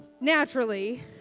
naturally